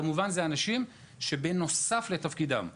כמובן, זה אנשים שיעשו זאת בנוסף לתפקידם הראשי.